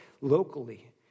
locally